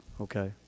Okay